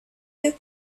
you